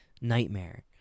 nightmare